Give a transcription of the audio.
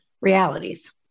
realities